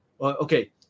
Okay